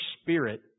spirit